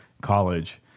college